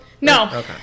no